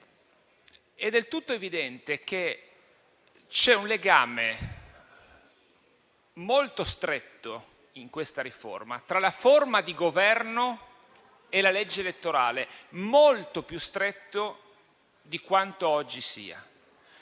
È del tutto evidente che c'è un legame molto stretto, in questa riforma, tra la forma di governo e la legge elettorale. Un legame molto più stretto di quanto sia